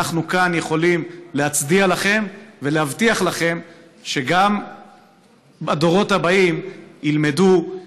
אנחנו כאן יכולים להצדיע לכם ולהבטיח לכם שגם הדורות הבאים ילמדו,